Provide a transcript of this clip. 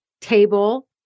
table